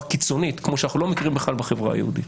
קיצונית כמו שאנחנו לא מכירים בחברה היהודית.